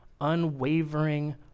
unwavering